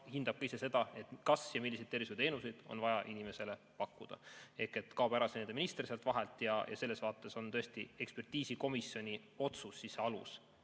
hindab ka ise seda, kas ja milliseid tervishoiuteenuseid on vaja inimesele pakkuda. Ehk kaob ära minister sealt vahelt. Selles vaates on tõesti ekspertiisikomisjoni otsus see alus,